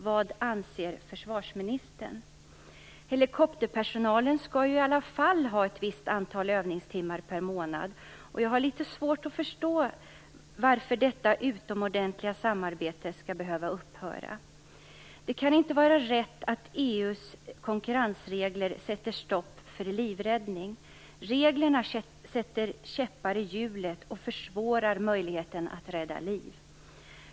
Vad anser försvarsministern? Helikopterpersonalen skall ju i alla fall ha ett visst antal övningstimmar per månad. Jag har litet svårt att förstå varför detta utomordentliga samarbete skall behöva upphöra. Det kan inte vara rätt att EU:s konkurrensregler sätter stopp för livräddning. Reglerna sätter käppar i hjulet och minskar möjligheten att rädda liv.